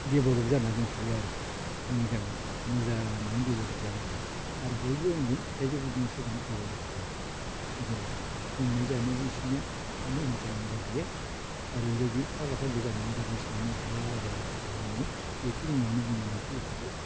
develop जाना दंथ'यो आरो जोंनि गामियाव मोजाङैनो डेभलप जाना दं आरो बयबो होनगोन दा जोंनि समान डेभलप गैया बिदि होननानै लोंनाय जानायावबो बिसोरनिया कुनु हिंसा हिंलि गैया आरो बे बायदि फाग्ला फाग्लि जानानै गोग्लैसोनानै थाया ओरै होनना जोंखौ बुङो बेखिनियावनो बुंनानै आं फोजोबथ'बाय